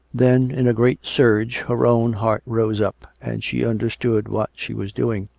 then, in a great surge, her own heart rose up, and she understood what she was doing.